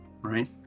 right